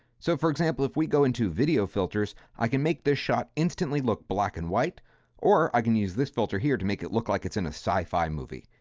so for example, if we go into video filters, i can make their shot instantly look black and white or i can use this filter here to make it look like it's in a sci-fi movie.